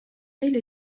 эле